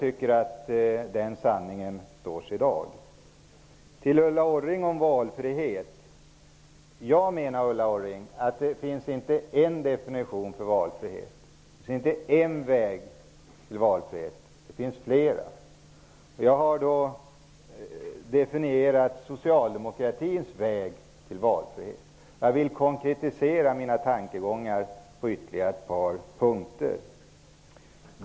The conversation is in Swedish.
Den sanningen står sig än i dag. Ulla Orring! Jag menar att det inte finns en definition på valfrihet. Det finns inte en väg till valfriheten; det finns flera. Jag har definierat socialdemokratins väg till valfriheten. Jag vill konkretisera mina tankegångar på ytterligare ett par punkter.